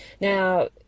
Now